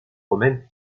romaine